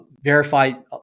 verified